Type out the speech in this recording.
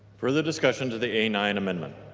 further discussion to the a nine amendment?